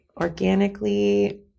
organically